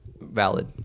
Valid